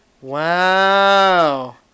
Wow